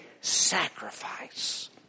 sacrifice